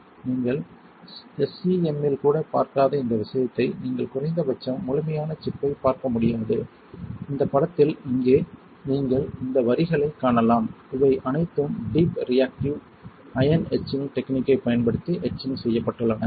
நீங்கள் SEM இல் கூட பார்க்காத இந்த விஷயத்தை நீங்கள் குறைந்தபட்சம் முழுமையான சிப்பைப் பார்க்க முடியாது இந்த படத்தில் இங்கே நீங்கள் இந்த வரிகளை காணலாம் இவை அனைத்தும் டீப் ரியாக்டிவ் அயன் எட்சிங் டெக்னிக்கைப் பயன்படுத்தி எட்சிங் செய்யப்பட்டுள்ளன